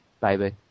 baby